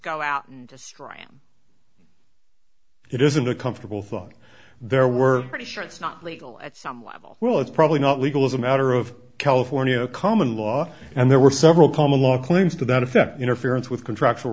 go out and destroy them it isn't a comfortable thought there were pretty sure it's not legal at some level well it's probably not legal as a matter of california common law and there were several come along claims to that effect interference with contractual